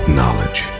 knowledge